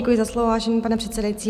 Děkuji za slovo, vážený pane předsedající.